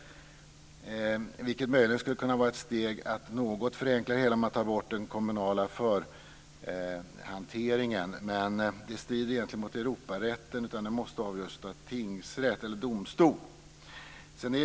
Det skulle möjligen kunna vara ett steg att något förenkla det hela genom att man tar bort den kommunala förhanteringen, men det strider egentligen mot Europarätten, och måste avgöras av tingsrätt eller domstol.